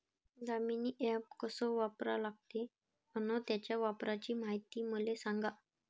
Damini app कस वापरा लागते? अन त्याच्या वापराची मायती मले सांगा